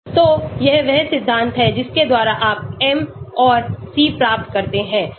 तो यह वह सिद्धांत है जिसके द्वारा आप m और c प्राप्त करते हैं